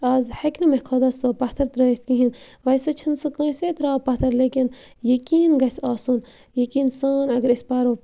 آز ہیٚکہِ نہٕ مےٚ خۄدا صٲب پَتھر ترٛٲیِتھ کِہیٖنۍ ویسے چھُنہٕ سُہ کٲنسے ترٛاوان پَتھر لیکِن یقیٖن گَژھِ آسُن یقیٖن سان اَگر أسۍ پَرو